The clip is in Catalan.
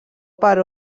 per